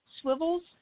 swivels